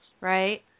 right